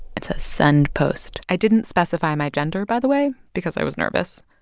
it says send post. i didn't specify my gender, by the way, because i was nervous.